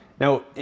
Now